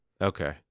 Okay